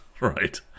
right